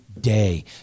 day